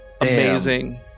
amazing